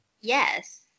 yes